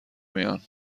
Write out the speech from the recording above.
میان